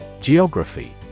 Geography